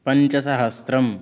पञ्चसहस्त्रं